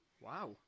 Wow